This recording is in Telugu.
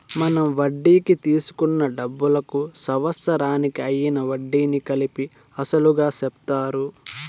మనం వడ్డీకి తీసుకున్న డబ్బులకు సంవత్సరానికి అయ్యిన వడ్డీని కలిపి అసలుగా చెప్తారు